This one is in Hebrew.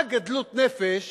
רק גדלות נפש